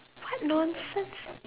what nonsense